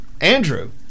Andrew